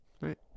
Right